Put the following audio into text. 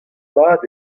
mat